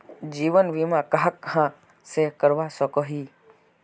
जीवन बीमा कहाँ कहाँ से करवा सकोहो ही?